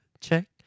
check